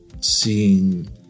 seeing